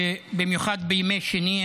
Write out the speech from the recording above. במיוחד בימי שני,